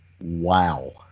wow